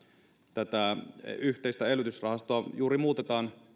tätä yhteistä elvytysrahastoa muutetaan